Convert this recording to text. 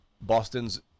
Boston's